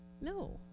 No